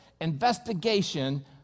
investigation